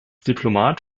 diplomat